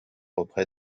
auprès